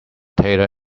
tailor